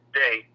day